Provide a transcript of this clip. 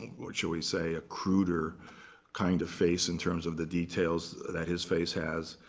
what shall we say, a cruder kind of face in terms of the details that his face has.